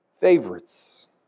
favorites